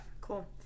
cool